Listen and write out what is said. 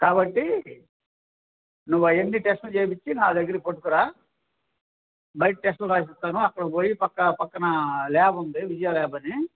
కాబట్టి నువ్వు అవన్నీ టెస్టులు చెయ్యించి నా దగ్గిరకి పట్టకురా బయట టెస్టులు రాసిస్తాను అక్కడకి పోయి పక్క పక్కన ల్యాబ్ ఉంది విజయా ల్యాబ్ అని